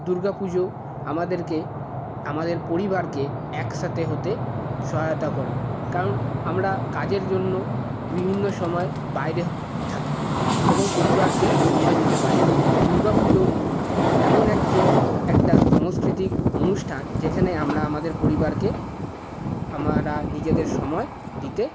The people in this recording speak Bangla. দুর্গাপুজো আমাদেরকে আমাদের পরিবারকে একসাথে হতে সহায়তা করে কারণ আমরা কাজের জন্য বিভিন্ন সময় বাইরে থাকি এবং পরিবারকে সময় দিতে পারি না দুর্গাপুজো এমন একটা সাংস্কৃতিক অনুষ্ঠান যেখানে আমরা আমাদের পরিবারকে আমরা নিজেদের সময় দিতে